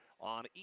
on